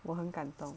我很感动